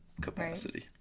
Capacity